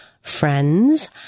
friends